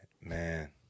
Man